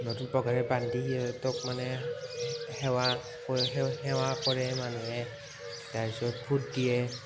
নতুন পঘাৰে বান্ধি সিহঁতক মানে সেৱা কৰে সেৱা কৰে মানুহে তাৰপিছত ফোঁট দিয়ে